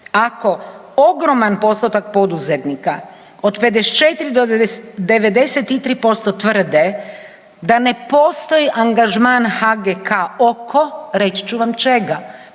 Ako ogroman postotak poduzetnika od 54 do 93% tvrde da ne postoji angažman HGK oko, reći ću vam čega,